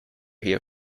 here